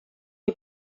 die